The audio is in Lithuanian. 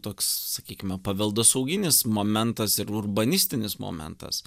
toks sakykime paveldosauginis momentas ir urbanistinis momentas